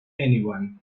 anyone